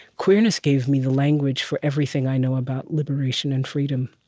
queerness gave me the language for everything i know about liberation and freedom